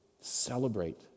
celebrate